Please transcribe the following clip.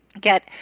Get